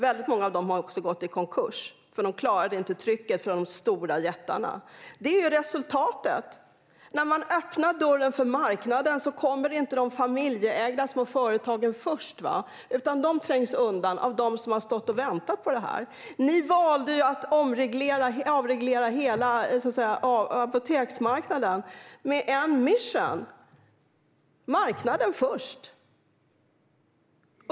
Väldigt många av dem har gått i konkurs; de klarade nämligen inte trycket från jättarna. Det är resultatet: När man öppnar dörren för marknaden kommer inte de familjeägda små företagen först. De trängs undan av dem som har stått och väntat på detta. Ni valde att avreglera hela apoteksmarknaden med ett uppdrag: marknaden först!